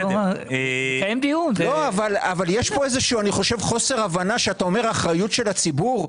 אני חושב שיש פה חוסר הבנה כשאתה אומר "אחריות של הציבור".